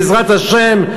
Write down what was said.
בעזרת השם,